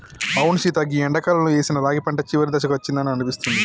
అవును సీత గీ ఎండాకాలంలో ఏసిన రాగి పంట చివరి దశకు అచ్చిందని అనిపిస్తుంది